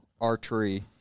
archery